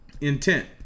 intent